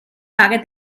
fare